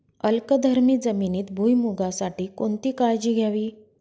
अल्कधर्मी जमिनीत भुईमूगासाठी कोणती काळजी घ्यावी?